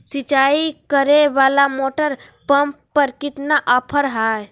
सिंचाई करे वाला मोटर पंप पर कितना ऑफर हाय?